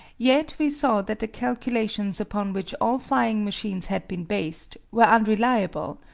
yet we saw that the calculations upon which all flying machines had been based were unreliable,